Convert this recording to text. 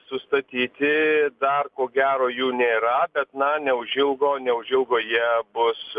sustatyti dar ko gero jų nėra bet na neužilgo neužilgo jie bus